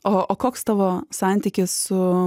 o koks tavo santykis su